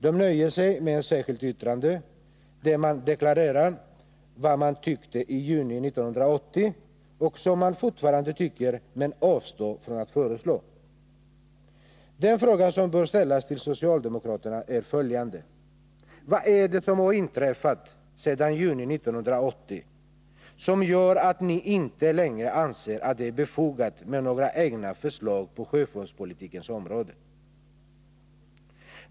Man nöjer sig med ett särskilt yttrande, där man deklarerar vad man tyckte i juni 1980 och fortfarande tycker men avstår från att föreslå. Den fråga som bör ställas till socialdemokraterna är följande. Vad är det som har inträffat sedan juni 1980 som gör att ni inte längre anser att det är befogat med några egna förslag på sjöfartspolitikens område?